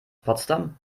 potsdam